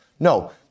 No